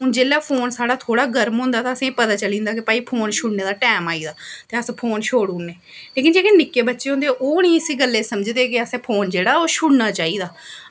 हून साढ़ा फोन थोह्ड़ा गर्म होंदा ते असेंगी पता चली जंदा कि भई फोन छुड़ने दा टैम आई गेदा ते अस फोन छोड़ी ओड़ने लेकिन जेह्ड़े निक्के बच्चे होंदे ओह् निं इस गल्लै गी समझदे कि असें फोन जेह्ड़ा ऐ ओह् छुड़ना चाहिदा